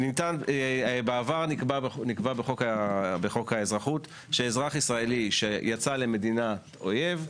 בעבר נקבע בחוק האזרחות שאזרח ישראלי שיצא למדינת אויב,